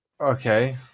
Okay